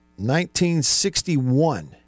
1961